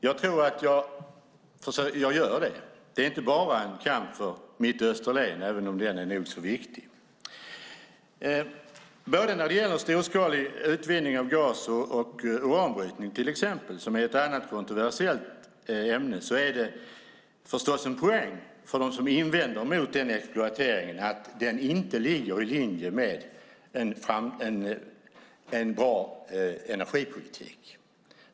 Jag tror att jag gör det. Det är inte bara en kamp för mitt Österlen, även om den är nog så viktig. Det gäller både storskalig utvinning av gas och till exempel uranbrytning, som är ett annat kontroversiellt ämne. Det är förstås en poäng mot dem som invänder mot exploateringen att den inte ligger i linje med en bra energipolitik.